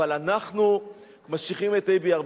אבל אנחנו ממשיכים את ה' באייר.